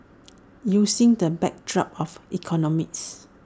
using the backdrop of economics